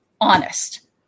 honest